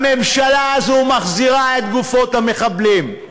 הממשלה הזאת מחזירה את גופות המחבלים?